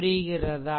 புரிகிறதா